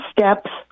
Steps